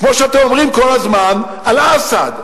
כמו שאתם אומרים כל הזמן על אסד,